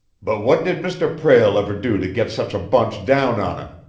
but what did mr. prale ever do to get such a bunch down on him?